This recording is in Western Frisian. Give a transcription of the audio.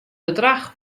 bedrach